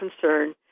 concern